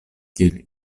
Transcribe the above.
kiel